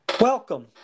welcome